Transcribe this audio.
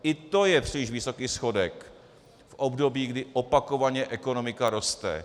I to je příliš vysoký schodek v období, kdy opakovaně ekonomika roste!